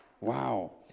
Wow